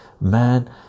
man